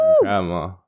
Grandma